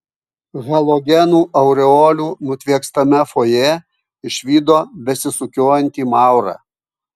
halogenų aureolių nutviekstame fojė išvydo besisukiojantį maurą